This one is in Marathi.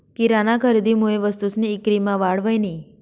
किराना खरेदीमुये वस्तूसनी ईक्रीमा वाढ व्हयनी